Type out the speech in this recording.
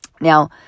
Now